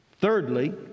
Thirdly